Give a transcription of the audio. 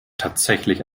tatsächlich